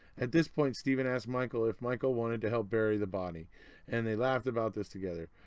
at this point steven asked michael if michael wanted to help bury the body and they laughed about this together.